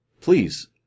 Please